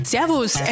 Servus